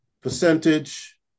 percentage